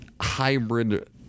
hybrid